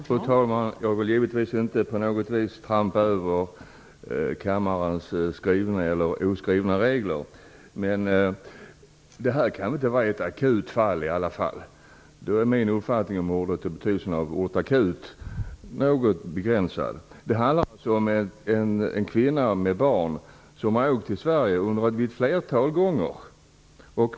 Fru talman! Jag vill givetvis inte på något vis trampa på kammarens skrivna eller oskrivna regler. Men det aktuella fallet kan väl inte vara ett akut fall. I så fall är min uppfattning om betydelsen hos ordet akut något begränsad. Det handlar alltså om en kvinna och hennes barn. De har åkt till Sverige ett flertal gånger.